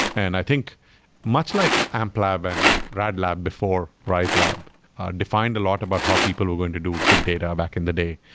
and i think much like amplab and gradlab before riselab defined a lot about how people are going to do big data back in the day.